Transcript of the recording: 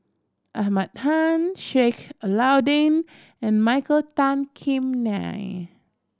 Ahmad Khan Sheik Alau'ddin and Michael Tan Kim Nei